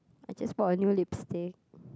I just bought a new lipstick